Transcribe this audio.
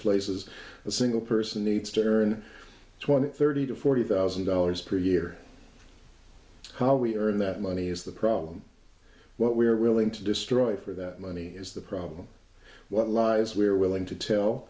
places a single person needs to earn twenty thirty to forty thousand dollars per year how we earn that money is the problem what we are willing to destroy for that money is the problem what lies we are willing to tell